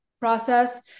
process